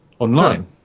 Online